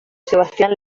sebastián